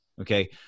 Okay